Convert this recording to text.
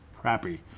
crappy